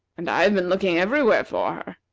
and i have been looking everywhere for her.